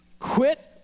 Quit